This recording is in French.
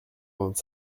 vingt